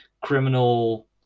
criminal